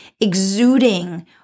exuding